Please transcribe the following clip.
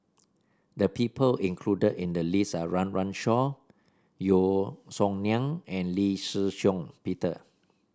the people included in the list are Run Run Shaw Yeo Song Nian and Lee Shih Shiong Peter